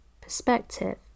perspective